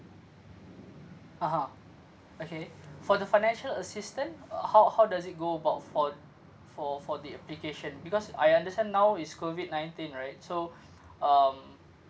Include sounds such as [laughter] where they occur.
ah ha okay for the financial assistance uh how how does it go about for for for the application because I understand now it's COVID nineteen right so [breath] um